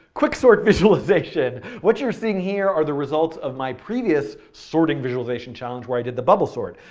quicksort visualization. what you are seeing here are the results of my previous sorting visualization challenge where i did the bubble sort.